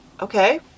okay